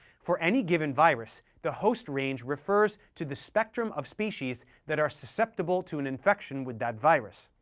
for any given virus, the host range refers to the spectrum of species that are susceptible to an infection with that virus.